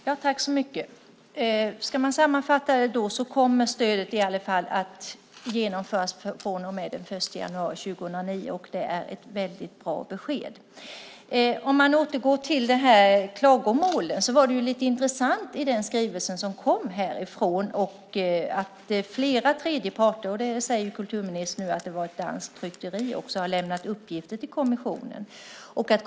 Fru talman! Om man ska sammanfatta det här så kommer stödet i alla fall att genomföras från och med den 1 januari 2009. Det är ett väldigt bra besked. Om vi återgår till klagomålen var det lite intressant i den skrivelse som kom härifrån. Flera tredje parter har lämnat uppgifter till kommissionen. Kulturministern säger ju nu att också ett danskt tryckeri har gjort det.